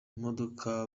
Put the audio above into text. imodoka